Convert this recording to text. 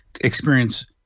experience